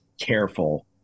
careful